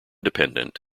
dependent